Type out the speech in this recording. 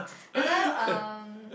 that time um